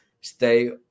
stay